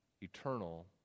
eternal